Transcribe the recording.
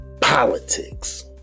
politics